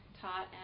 taught